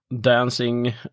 Dancing